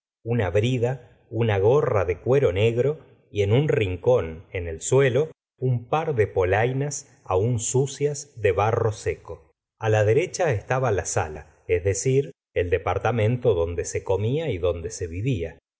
una brida una gorra de cuero negro y en un rincón en el suelo un par de polainas aún sucias de barro seco a la derecha estaba la sala es decir el departamento donde se comía y donde se vivía